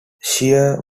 sheer